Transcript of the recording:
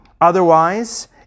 Otherwise